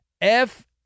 F-